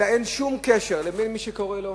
אין שום קשר בין מי שקוראים לו